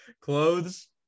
Clothes